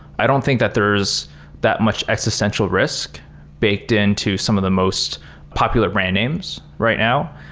i don't think that there's that much existential risk baked into some of the most popular brand names right now.